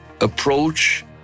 approach